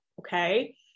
Okay